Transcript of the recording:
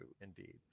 indeed